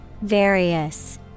Various